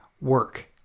work